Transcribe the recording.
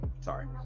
Sorry